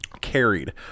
carried